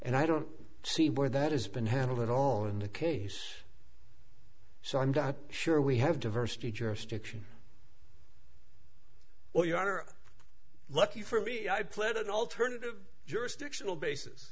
and i don't see where that has been handled at all in the case so i'm not sure we have diversity jurisdiction or you are lucky for me i pled an alternative jurisdictional basis